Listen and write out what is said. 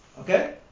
okay